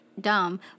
dumb